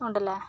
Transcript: ഉണ്ടല്ലേ